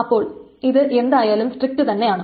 അപ്പോൾ ഇത് എന്തായാലും സ്ട്രിക്റ്റ് തന്നെയാണ്